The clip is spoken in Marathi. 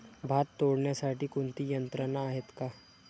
भात तोडण्यासाठी कोणती यंत्रणा आहेत का?